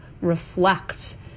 reflect